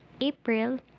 April